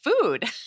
food